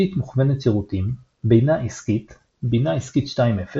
תשתית מוכוונת-שירותים בינה עסקית בינה עסקית 2.0